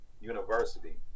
University